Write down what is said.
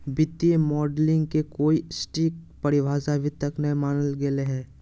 वित्तीय मॉडलिंग के कोई सटीक परिभाषा अभी तक नय मानल गेले हें